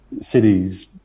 cities